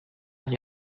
est